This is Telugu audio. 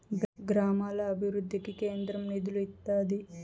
గ్రామాల అభివృద్ధికి కేంద్రం నిధులు ఇత్తాది